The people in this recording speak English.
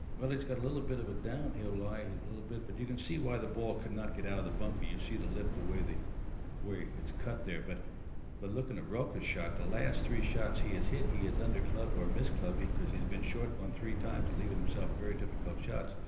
well, it's got a little bit of a downhill lie a little bit. but you can see why the ball could not get out of the bunker you see the lip the way, the way it's cut there. but the looking at rocca's shot the last three shots he has hit he has under clubbed or miss clubbed because he's been short on three times, leaving himself very difficult shots.